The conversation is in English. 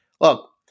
Look